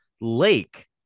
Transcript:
Lake